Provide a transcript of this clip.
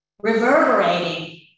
reverberating